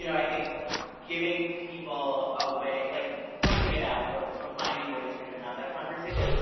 you know i think giving people a way, like pointing it out, or or finding ways to kind of have that conversation,